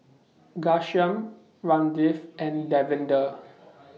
Ghanshyam Ramdev and Davinder